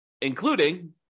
including